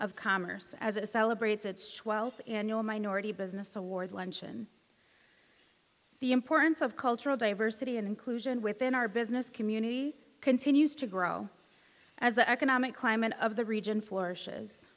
of commerce as a celebrates its twelfth annual minority business award luncheon the importance of cultural diversity and inclusion within our business community continues to grow as the economic climate of the region flourishes